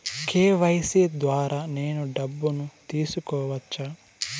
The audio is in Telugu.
కె.వై.సి ద్వారా నేను డబ్బును తీసుకోవచ్చా?